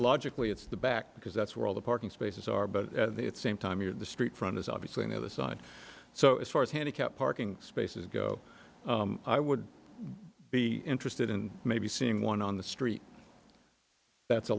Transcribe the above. logically it's the back because that's where all the parking spaces are but at the same time you're the street front is obviously in the other side so as far as handicapped parking spaces go i would be interested in maybe seeing one on the street that's a